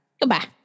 Goodbye